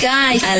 Guys